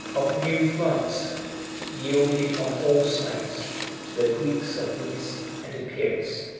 of new france yielded on all sides to the greeks of nice and epirus.